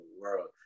world